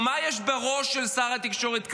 או מה יש בראש של שר התקשורת קרעי,